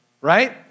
right